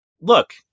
look